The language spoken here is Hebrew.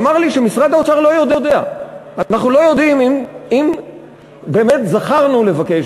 ואמר לי שמשרד האוצר לא יודע: אנחנו לא יודעים אם באמת זכרנו לבקש